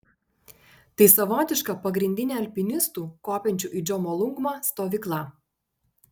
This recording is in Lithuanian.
tai savotiška pagrindinė alpinistų kopiančių į džomolungmą stovykla